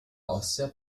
ossea